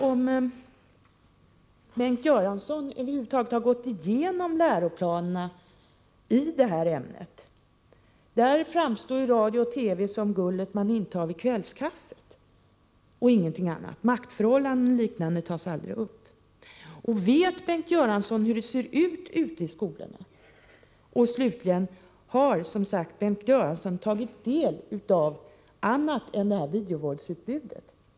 Har Bengt Göransson över huvud taget gått igenom läroplanerna i det här ämnet? Där framstår ju radio och TV som gullet man intar vid kvällskaffet, och ingenting annat. Maktförhållanden och liknande tas aldrig upp. Vet Bengt Göransson hur det ser ut ute i skolorna? Och har — som sagt - Bengt Göransson tagit del av annat än videovåldsutbudet?